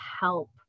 help